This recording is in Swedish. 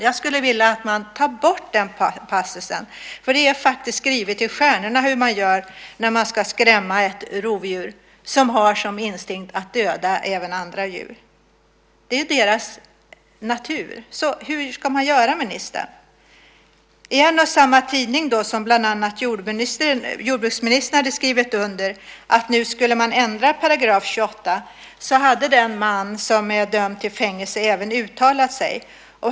Jag skulle vilja att man tar bort den passusen, för det står faktiskt skrivet i stjärnorna hur man gör när man ska skrämma ett rovdjur som har som instinkt att döda andra djur. Det är deras natur. Så hur ska man göra, ministern? I samma tidning som bland annat jordbruksministern hade skrivit under i att man nu skulle ändra § 28 hade den man som är dömd till fängelse uttalat sig.